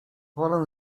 wolę